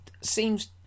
seems